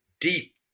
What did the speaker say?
deep